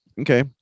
Okay